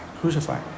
Crucify